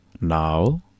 Now